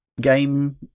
game